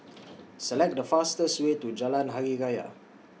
Select The fastest Way to Jalan Hari Raya